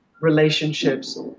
relationships